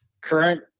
current